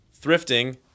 thrifting